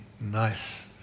nice